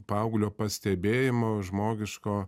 paauglio pastebėjimo žmogiško